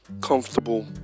comfortable